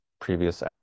previous